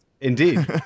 indeed